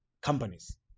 companies